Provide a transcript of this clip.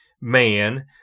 man